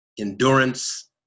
endurance